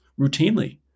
routinely